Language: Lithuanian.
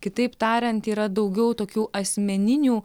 kitaip tariant yra daugiau tokių asmeninių